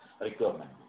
Requirement